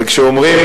וכשאומרים: